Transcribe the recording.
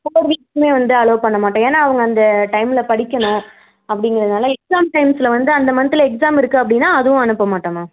four வீக்ஸுமே வந்து allow பண்ண மாட்டோம் ஏன்னால் அவங்க அந்த டைமில் படிக்கணும் அப்படிங்கிறதனால எக்ஸாம் டைம்ஸில் வந்து அந்த மந்த்தில் எக்ஸாம் இருக்குது அப்படின்னா அதுவும் அனுப்ப மாட்டோம்மா